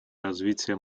развития